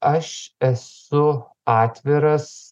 aš esu atviras